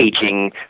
teaching